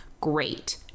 great